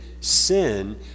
sin